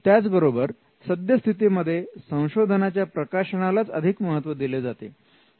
त्याचबरोबर सद्यस्थितीमध्ये संशोधनाच्या प्रकाशनालाच अधिक महत्त्व दिले जाते